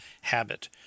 habit